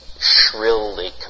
shrilly